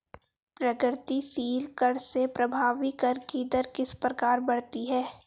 प्रगतिशील कर से प्रभावी कर की दर किस प्रकार बढ़ती है?